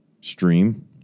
stream